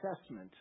assessment